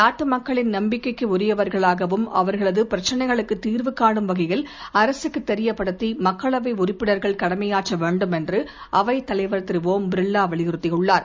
நாட்டு மக்களின் நம்பிக்கைக்கு உரியவர்களாகவும் அவர்களது பிரச்சனைகளுக்குத் தீர்வு காணும் வகையில் அரசுக்குத் தெரியப்படுத்தி மக்களவை உறுப்பினர்கள் கடமையாற்ற வேண்டும் என்றும் அவைத் தலைவர் திரு் ஒம் பிர்லா வலியுறுத்தியுள்ளார்